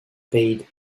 paid